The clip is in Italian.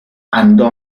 andò